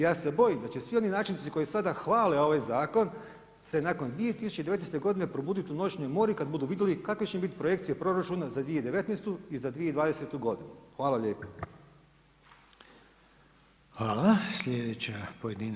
Ja se bojim da će svi oni načelnici koji sada hvale ovaj zakon se nakon 2019. godine probuditi u noćnoj mori kada budu vidjeli kakve će im biti projekcije proračuna za 2019. i za 2020. godinu.